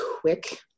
quick